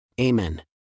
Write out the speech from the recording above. Amen